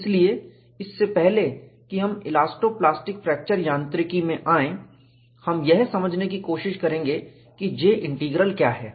इसलिए इससे पहले कि हम इलास्टो प्लास्टिक फ्रैक्चर यांत्रिकी में आयें हम यह समझने की कोशिश करेंगे कि J इंटीग्रल क्या है